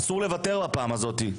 אסור לוותר בפעם הזאת.